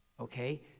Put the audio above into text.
okay